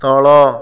ତଳ